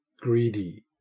greedy